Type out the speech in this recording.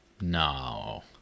No